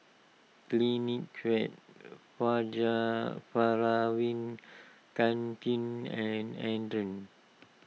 Clinique Kanken and andre